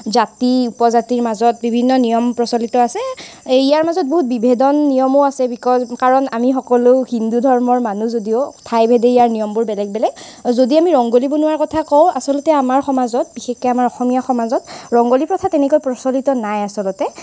জাতি উপজাতিৰ মাজত বিভিন্ন নিয়ম প্ৰচলিত আছে ইয়াৰ মাজত বিভিন্ন বিভেদন নিয়মো আছে বিকজ কাৰণ আমি সকলো হিন্দু ধৰ্মৰ মানুহ যদিও ঠাইভেদে ইয়াৰ নিয়মবোৰ বেলেগ বেলেগ আৰু যদি আমি ৰংগোলী বনোৱাৰ কথা কওঁ আচলতে আমাৰ সমাজত বিশেষকৈ আমাৰ অসমীয়া সমাজত ৰংগোলী প্ৰথা তেনেকৈ প্ৰচলিত নাই আচলতে